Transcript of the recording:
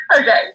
Okay